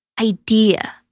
idea